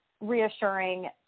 reassuring